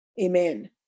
Amen